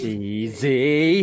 easy